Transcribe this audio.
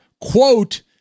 quote